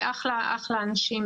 הם אחלה אנשים,